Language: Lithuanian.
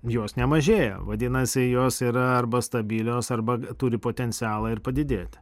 jos nemažėja vadinasi jos yra arba stabilios arba turi potencialą ir padidėti